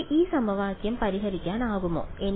എനിക്ക് ഈ സമവാക്യം പരിഹരിക്കാനാകുമോ